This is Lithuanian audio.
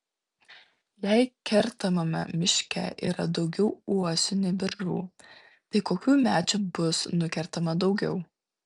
jei kertamame miške yra daugiau uosių nei beržų tai kokių medžių bus nukertama daugiau